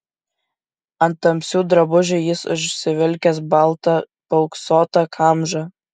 ant tamsių drabužių jis užsivilkęs baltą paauksuotą kamžą